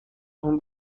اون